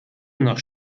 nach